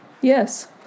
yes